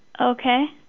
Okay